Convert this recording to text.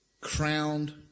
crowned